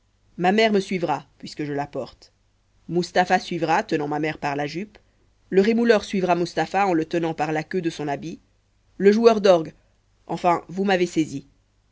ma mère me suivra puisque je la porte mustapha suivra tenant ma mère par sa jupe le rémouleur suivra mustapha en le tenant par la queue de son habit le joueur d'orgues enfin vous m'avez saisi